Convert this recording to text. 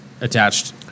attached